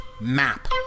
Map